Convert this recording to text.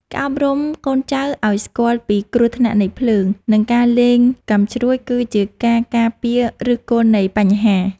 ការអប់រំកូនចៅឱ្យស្គាល់ពីគ្រោះថ្នាក់នៃភ្លើង និងការលេងកាំជ្រួចគឺជាការការពារឫសគល់នៃបញ្ហា។